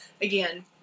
again